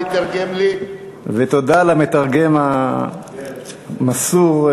ותודה למתרגם המסור,